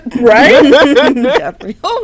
Right